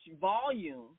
volume